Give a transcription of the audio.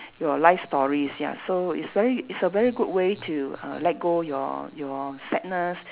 your life stories ya so it's very it's a very good way to uh let go your your sadness